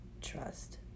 trust